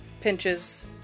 pinches